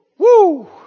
Woo